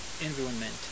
environment